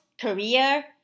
career